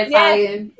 Italian